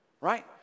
right